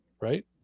right